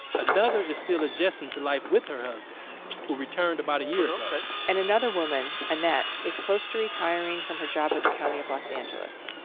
another is still adjusting to life with her husband who returned about a year ago and another woman, annette, is close to retiring from her job with the county of los angeles.